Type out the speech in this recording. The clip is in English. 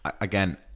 Again